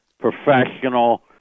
professional